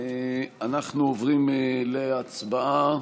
אנחנו עוברים להצבעה.